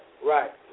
Right